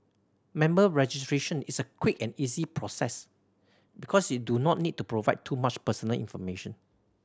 member registration is a quick and easy process because you do not need to provide too much personal information